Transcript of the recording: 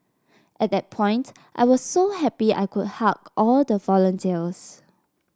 at that point I was so happy I could hug all the volunteers